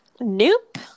Nope